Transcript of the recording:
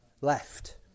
left